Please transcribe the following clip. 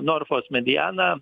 norfos mediana